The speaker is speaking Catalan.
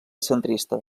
centrista